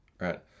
Right